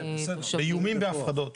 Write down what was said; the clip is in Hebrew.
באיומים והפחדות.